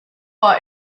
are